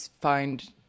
find